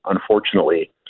unfortunately